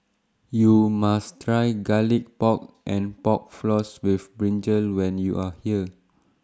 YOU must Try Garlic Pork and Pork Floss with Brinjal when YOU Are here